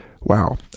Wow